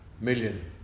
million